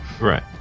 Right